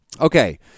Okay